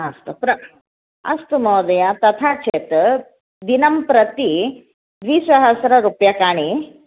अस्तु अस्तु महोदय तथा चेत् दिनं प्रति द्विसहस्ररूप्यकाणि